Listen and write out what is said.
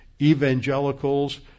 evangelicals